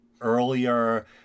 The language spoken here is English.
earlier